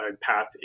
path